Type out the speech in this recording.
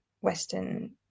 western